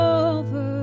over